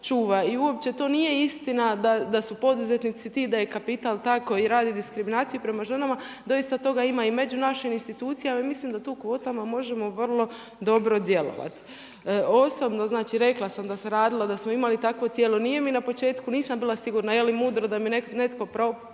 I uopće to nije istina da su poduzetnici ti, da je kapital taj koji radi diskriminaciju prema ženama. Doista toga ima i među našim institucijama i mislim da tu kvotama možemo vrlo dobro djelovati. Osnovno znači rekla sam da sam radila, da smo imali takvo tijelo, nije mi na početku, nisam bila sigurna je li mudro da mi netko propiše